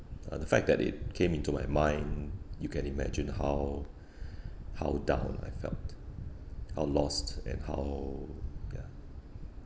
uh the fact that it came into my mind you can imagine how how down I felt how lost and how ya